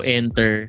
enter